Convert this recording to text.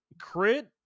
crit